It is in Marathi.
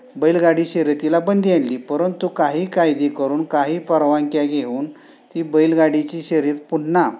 बैलगाडी शर्यतीला बंदी आणली परंतु काही कायदे करून काही परवानग्या घेऊन ती बैलगाडीची शर्यत पुन्हा